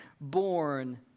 born